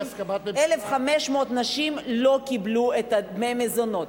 ב-2009 1,500 נשים לא קיבלו את דמי המזונות.